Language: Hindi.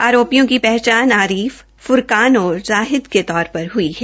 आरोपियों की पहचान आरीफ फ्रकान और जाहिद के तौर पर हुई है